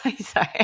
sorry